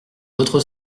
l’autre